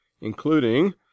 including